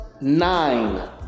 nine